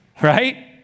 right